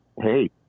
hey